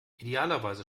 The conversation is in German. idealerweise